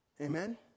amen